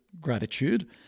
gratitude